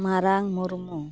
ᱢᱟᱨᱟᱝ ᱢᱩᱨᱢᱩ